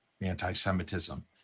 anti-semitism